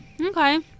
Okay